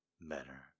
better